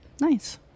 Nice